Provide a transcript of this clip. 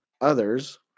others